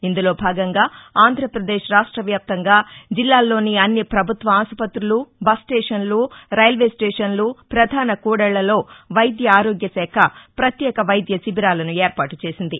ఇందులో భాగంగా ఆంధ్రపదేశ్ రాష్టవ్యాప్తంగా జిల్లాల్లోని అన్ని ప్రభుత్వ ఆసుపత్తులు బస్సు స్టేషన్లు రైల్వే స్టేషన్లు ప్రధాన కూడళ్ళలో వైద్య ఆరోగ్యశాఖ ప్రత్యేక వైద్య శిబిరాలను ఏర్పాటు చేసింది